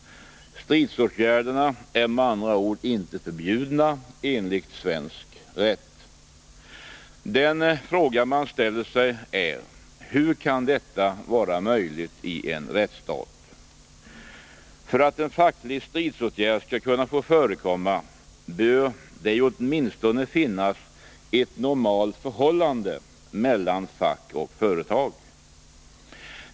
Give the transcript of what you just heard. Stridsåtgärderna är med andra ord inte förbjudna enligt svensk rätt. Den fråga man ställer sig är: Hur kan detta vara möjligt i en rättsstat? För att en facklig stridsåtgärd skall få förekomma bör det ju åtminstone finnas ett normalt förhållande mellan fack och företag.